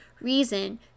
reason